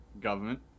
government